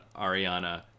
Ariana